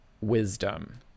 Wisdom